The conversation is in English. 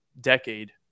decade